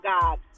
God